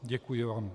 Děkuji vám.